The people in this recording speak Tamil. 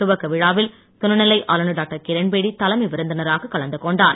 துவக்கவிழாவில் துணை நிலை ஆளுநர் டாக்டர் கிரண்பேடி தலைமை விருந்தினராக கலந்து கொண்டார்